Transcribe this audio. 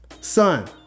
Son